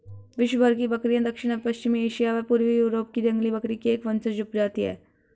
विश्वभर की बकरियाँ दक्षिण पश्चिमी एशिया व पूर्वी यूरोप की जंगली बकरी की एक वंशज उपजाति है